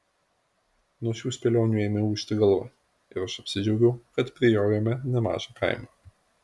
nuo šių spėlionių ėmė ūžti galva ir aš apsidžiaugiau kad prijojome nemažą kaimą